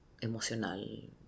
emocional